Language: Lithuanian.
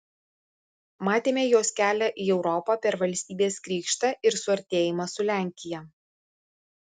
matėme jos kelią į europą per valstybės krikštą ir suartėjimą su lenkija